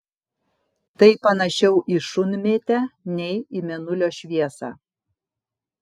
tai panašiau į šunmėtę nei į mėnulio šviesą